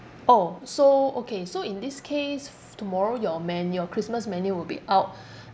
orh so okay so in this case f~ tomorrow your men~ your christmas menu will be out